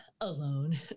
alone